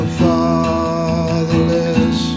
fatherless